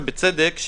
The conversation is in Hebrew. ובצדק,